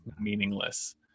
meaningless